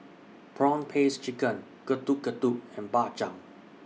Prawn Paste Chicken Getuk Getuk and Bak Chang